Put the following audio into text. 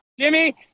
Jimmy